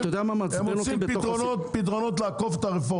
הם מוצאים פתרונות כדי לעקוף את הרפורמות.